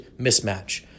mismatch